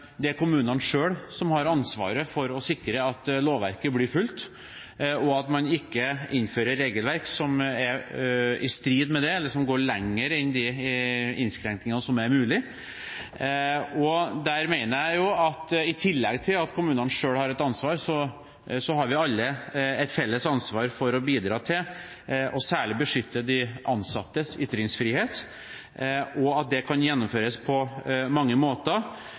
det er kommunene selv som har ansvaret for å sikre at lovverket blir fulgt, og at man ikke innfører regelverk som er i strid med det, eller som går lenger enn de innskrenkinger som er mulig. Der mener jeg at i tillegg til at kommunene selv har et ansvar, har vi alle et felles ansvar for å bidra til særlig å beskytte de ansattes ytringsfrihet, og at det kan gjennomføres på mange måter.